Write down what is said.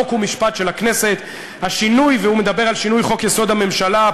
חוק ומשפט של הכנסת: "השינוי" הוא מדבר על שינוי חוק-יסוד: הממשלה,